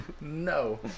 No